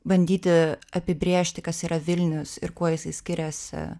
bandyti apibrėžti kas yra vilnius ir kuo jisai skiriasi